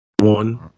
one